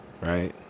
right